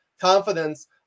confidence